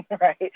right